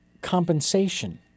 compensation